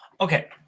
okay